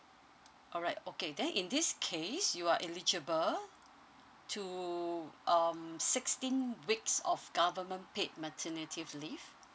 alright okay then in this case you are eligible to um sixteen weeks of government paid maternity leave